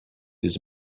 his